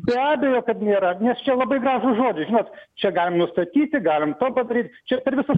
be abejo kad nėra nes čia labai gražūs žodžiai žinot čia galim nustatyti galim tą padaryt čia per visus